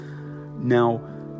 Now